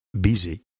busy